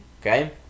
Okay